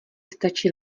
stačí